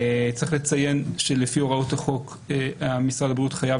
צריך לציין שלפי הוראות החוק משרד הבריאות חייב